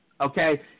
okay